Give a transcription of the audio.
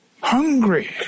hungry